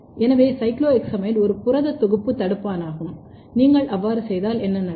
எனவே சைக்ளோஹெக்ஸைமைடு ஒரு புரத தொகுப்பு தடுப்பானாகும் நீங்கள் அவ்வாறு செய்தால் என்ன நடக்கும்